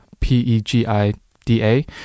p-e-g-i-d-a